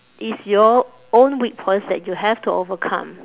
it's your own weak points that you have to overcome